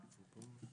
ב-1999-1998.